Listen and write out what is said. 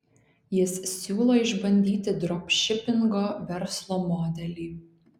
jis siūlo išbandyti dropšipingo verslo modelį